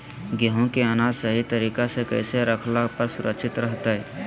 गेहूं के अनाज सही तरीका से कैसे रखला पर सुरक्षित रहतय?